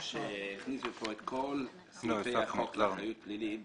הכניסו כאן את כל סעיפי החוק, לאחריות הפלילית.